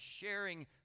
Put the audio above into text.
sharing